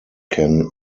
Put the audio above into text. can